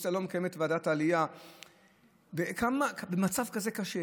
האופוזיציה לא מקיימת את ועדת העלייה במצב כזה קשה,